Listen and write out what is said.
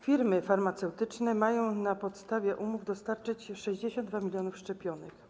Firmy farmaceutyczne mają na podstawie umów dostarczyć 62 mln szczepionek.